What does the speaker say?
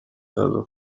ndaza